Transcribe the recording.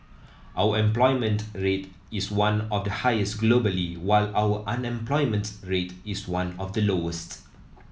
our employment rate is one of the highest globally while our unemployment rate is one of the lowest